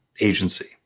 agency